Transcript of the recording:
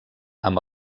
amb